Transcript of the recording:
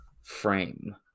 frame